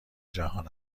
جهان